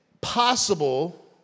possible